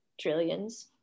trillions